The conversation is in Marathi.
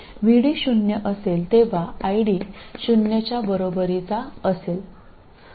आणि VD जेव्हा 0 असेल तेव्हा ID 0 च्या बरोबरीचा असेल